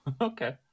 Okay